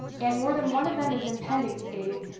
and more than one of them is in pending state,